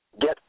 get